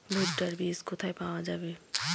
ভুট্টার বিজ কোথায় পাওয়া যাবে?